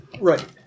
Right